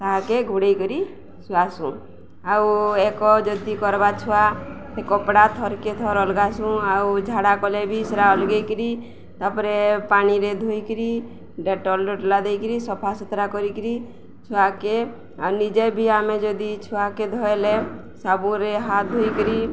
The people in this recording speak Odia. ତାହାକେ ଘୋଡ଼େଇ କରି ଶୁଆସୁଁ ଆଉ ଏକ ଯଦି କର୍ବା ଛୁଆ ସେ କପଡ଼ା ଥରକେ ଥର ଅଲଗାସୁଁ ଆଉ ଝାଡ଼ା କଲେ ବି ସେଟା ଅଲଗେଇକିରି ତାପରେ ପାଣିରେ ଧୋଇକିରି ଡେଟଲ ଡୁଟଲା ଦେଇକିରି ସଫା ସୁତୁରା କରିକିରି ଛୁଆକେ ଆଉ ନିଜେ ବି ଆମେ ଯଦି ଛୁଆକେ ଧଇଲେ ସାବୁରେ ହାତ ଧୋଇକିରି